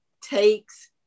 takes